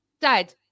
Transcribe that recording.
Dad